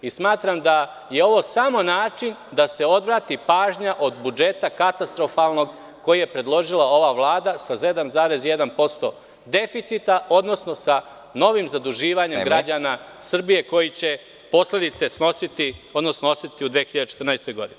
Smatram da je ovo samo način da se odvrati pažnja od katastrofalnog budžeta koji je predložila ova Vlada sa 7,1% deficita, odnosno sa novim zaduživanjem građana Srbije koji će posledice snositi, odnosno osetiti u 2014. godini.